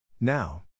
Now